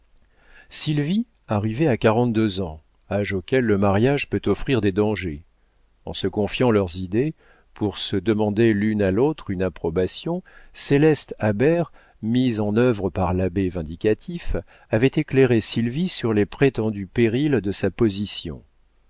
sylvie arrivait à quarante-deux ans âge auquel le mariage peut offrir des dangers en se confiant leurs idées pour se demander l'une à l'autre une approbation céleste habert mise en œuvre par l'abbé vindicatif avait éclairé sylvie sur les prétendus périls de sa position